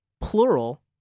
plural